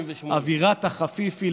אווירת החפיף היא,